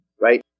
right